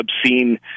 obscene